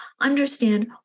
understand